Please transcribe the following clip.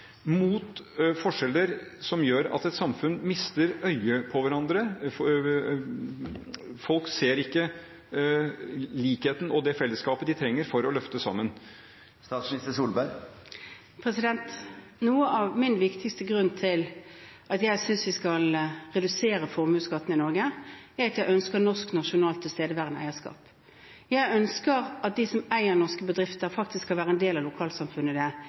mot forskjeller som gjør at et samfunn mister øye for hverandre? Folk ser ikke likheten og det fellesskapet de trenger for å løfte sammen. Min viktigste grunn til å synes at vi skal redusere formuesskatten i Norge, er at jeg ønsker norsk nasjonalt tilstedeværende eierskap. Jeg ønsker at de som eier norske bedrifter, faktisk skal være en del av lokalsamfunnet